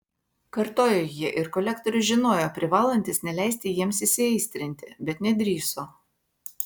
kartojo jie ir kolektorius žinojo privalantis neleisti jiems įsiaistrinti bet nedrįso